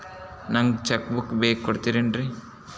ನಂಗ cheque book ಬೇಕು ಕೊಡ್ತಿರೇನ್ರಿ?